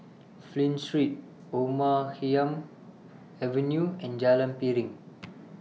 Flint Street Omar Khayyam Avenue and Jalan Piring